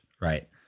right